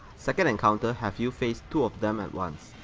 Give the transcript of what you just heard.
second encounter have you face two of them at once,